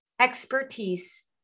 expertise